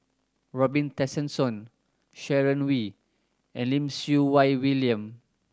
Robin Tessensohn Sharon Wee and Lim Siew Wai William